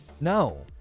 No